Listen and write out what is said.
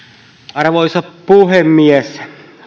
arvoisa puhemies